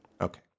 Okay